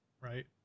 right